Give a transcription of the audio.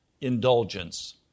indulgence